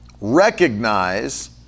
Recognize